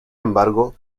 embargo